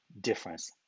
difference